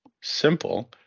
simple